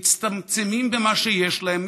מצטמצמים במה שיש להם,